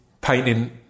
painting